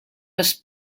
was